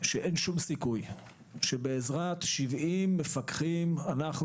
שאין שום סיכוי שבעזרת 70 מפקחים אנחנו